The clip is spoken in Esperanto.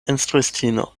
instruistino